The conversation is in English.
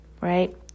right